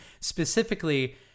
Specifically